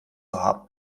haben